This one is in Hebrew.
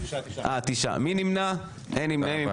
אין נמנעים.